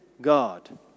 God